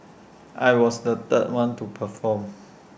I was the third one to perform